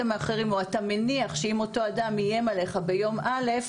מאחרים או אתה מניח שאם אותו אדם איים עליך ביום א',